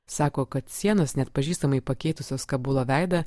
sako kad sienos neatpažįstamai pakeitusios kabulo veidą